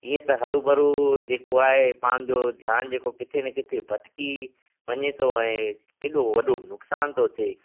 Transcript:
ईअं त हरूभरू जेको आहे पंहिंजो ध्यानु जेको किथे न किथे भटिकी वञे थो ऐं केॾो वॾो नुक़्सान थो थिए